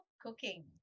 cooking